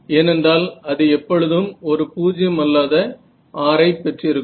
ஏனென்றால் அது எப்பொழுதும் ஒரு பூஜ்ஜியம் அல்லாத R ஐ பெற்றிருக்கும்